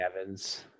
Evans